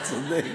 אתה צודק.